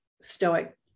stoic